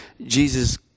Jesus